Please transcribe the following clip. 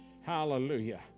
Hallelujah